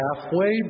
Halfway